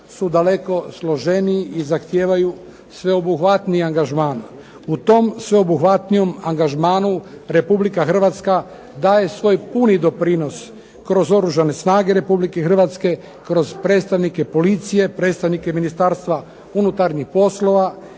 su daleko složeniji i zahtijevaju sveobuhvatniji angažman. U tom sveobuhvatnijem angažmanu Republika Hrvatska daje svoj puni doprinos kroz Oružane snage Republike Hrvatske, kroz predstavnike policije, predstavnike Ministarstva unutarnjih poslova,